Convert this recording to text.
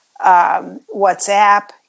WhatsApp